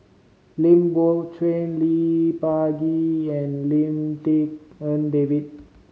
Lim Biow Chuan Lee Peh Gee and Lim Tik En David